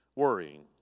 Worrying